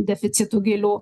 deficitų gylių